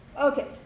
Okay